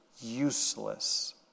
useless